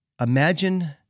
imagine